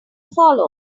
follow